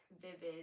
vivid